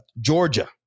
Georgia